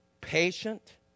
patient